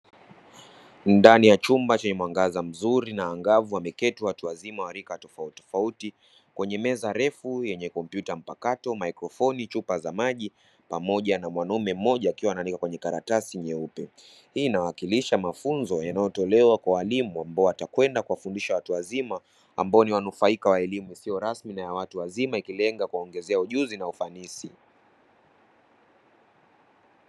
Ndani ya chumba chenye mwangaza mzuri na angavu wameketi watu wazima wa rika tofauti tofauti kwenye meza refu yenye kompyuta mkakato ,mikrophone, chupa za maji pamoja na mwanamume mmoja akiwa anaandika kwenye karatasi nyeupe, hii inawakilisha mafunzo yanayotolewa kwa walimu ambao watakwenda kuwafundisha watu wazima ambao ni wanufaika wa elimu isiyo rasmi na ya watu wazima ikilenga kuwaongezea ujuzi na ufani.